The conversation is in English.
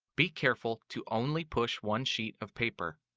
be careful to only push one sheet of paper,